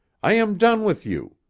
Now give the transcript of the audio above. i am done with you.